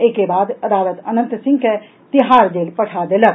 ओहि के बाद अदालत अनंत सिंह के तिहाड़ जेल पठा देलक